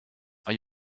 are